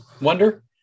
wonder